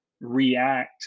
react